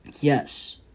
yes